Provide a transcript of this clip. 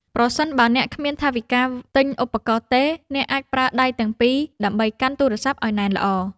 ប្រសិនបើអ្នកគ្មានថវិកាទិញឧបករណ៍ទេ អ្នកអាចប្រើដៃទាំងពីរដើម្បីកាន់ទូរស័ព្ទឱ្យណែនល្អ។